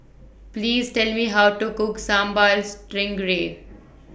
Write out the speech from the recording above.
Please Tell Me How to Cook Sambal Stingray